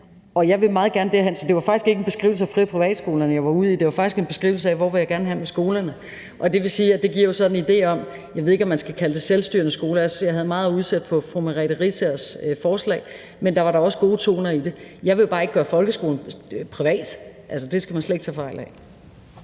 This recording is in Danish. Og jeg vil meget gerne derhen. Så det var faktisk ikke en beskrivelse af fri- og privatskolerne, jeg var ude i – det var faktisk en beskrivelse af, hvor jeg gerne vil hen med folkeskolerne. Og det vil sige, at det jo så giver en idé om det, som jeg ved ikke om man skal kalde for selvstyrende skoler, for jeg havde meget at udsætte på fru Merete Riisagers forslag, men der var da også gode toner i det. Jeg vil bare ikke gøre folkeskolen privat – altså, det skal man slet ikke tage fejl af.